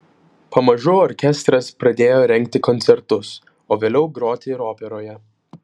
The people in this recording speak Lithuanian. pamažu orkestras pradėjo rengti koncertus o vėliau groti ir operoje